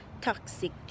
toxic